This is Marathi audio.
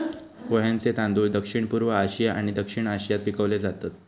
पोह्यांचे तांदूळ दक्षिणपूर्व आशिया आणि दक्षिण आशियात पिकवले जातत